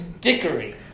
dickery